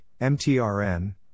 MTRN